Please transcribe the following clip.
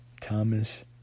Thomas